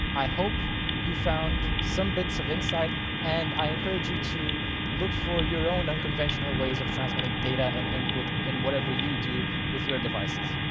i hope you found some bits of insight, and i encourage you to look for your own unconventional ways of transmitting data and input in whatever you do with your devices.